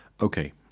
Okay